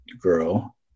girl